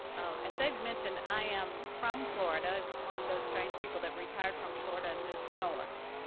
as david mentioned, i am from florida. i'm one of those strange people that retired from florida and moved north.